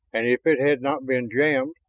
and if it had not been jammed,